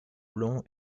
blonds